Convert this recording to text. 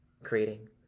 Creating